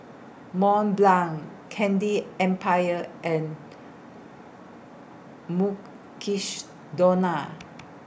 Mont Blanc Candy Empire and Mukshidonna